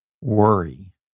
worry